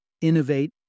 innovate